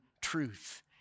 truth